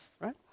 right